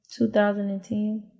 2010